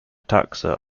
taxa